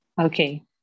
Okay